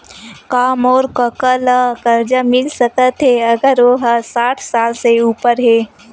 का मोर कका ला कर्जा मिल सकथे अगर ओ हा साठ साल से उपर हे?